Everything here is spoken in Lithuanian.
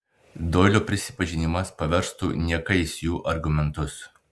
doilio prisipažinimas paverstų niekais jų argumentus